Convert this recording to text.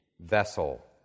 vessel